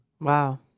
Wow